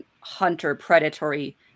hunter-predatory